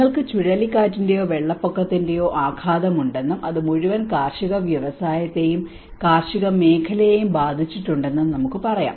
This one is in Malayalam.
നിങ്ങൾക്ക് ചുഴലിക്കാറ്റിന്റെയോ വെള്ളപ്പൊക്കത്തിന്റെയോ ആഘാതം ഉണ്ടെന്നും അത് മുഴുവൻ കാർഷിക വ്യവസായത്തെയും കാർഷിക മേഖലയെയും ബാധിച്ചിട്ടുണ്ടെന്നും നമുക്ക് പറയാം